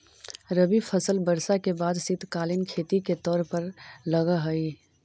रबी फसल वर्षा के बाद शीतकालीन खेती के तौर पर लगऽ हइ